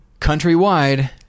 countrywide